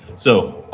so,